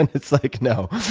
and it's like no,